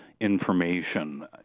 information